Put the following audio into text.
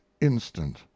instant